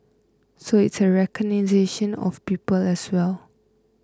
so it's a recognition of people as well